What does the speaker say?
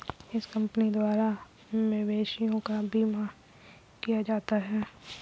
इस कंपनी द्वारा मवेशियों का बीमा किया जाता है